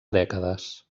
dècades